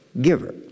giver